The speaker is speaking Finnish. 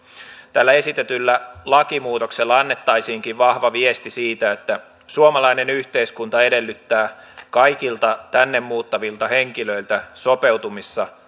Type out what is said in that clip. tällä esitetyllä lakimuutoksella annettaisiinkin vahva viesti siitä että suomalainen yhteiskunta edellyttää kaikilta tänne muuttavilta henkilöiltä sopeutumista